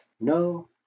no